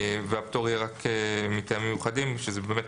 והפטור יהיה רק מטעמים מיוחדים שזה באמת,